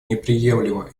неприемлемо